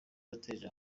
wateje